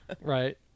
Right